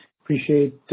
appreciate